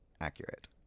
accurate